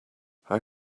how